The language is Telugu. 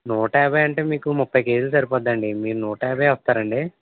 నూట యాభై అంటే మీకు ముప్పై కేజీలు సరిపోద్ద అండి మీరు నూట యాభై వస్తారా అండి